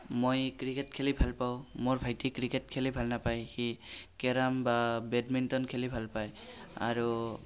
মই ক্ৰিকেট খেলি ভাল পাওঁ মোৰ ভাইটি ক্ৰিকেট খেলি ভাল নাপায় সি কেৰাম বা বেডমিণ্টন খেলি ভাল পায় আৰু